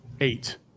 eight